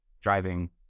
driving